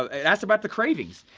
ah it asks about the cravings.